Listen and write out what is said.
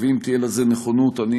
ואם תהיה לזה נכונות, אני